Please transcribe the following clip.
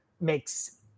makes